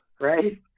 Right